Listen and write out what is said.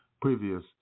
previous